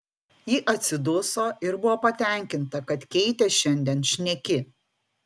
ji atsiduso ir buvo patenkinta kad keitė šiandien šneki